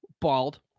bald